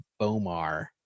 Bomar